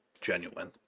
genuine